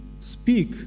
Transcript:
speak